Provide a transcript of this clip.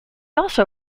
also